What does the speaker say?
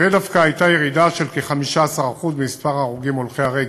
ודווקא הייתה ירידה של כ-15% במספר ההרוגים הולכי הרגל.